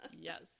Yes